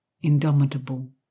indomitable